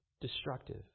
destructive